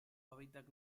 hábitat